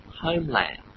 homeland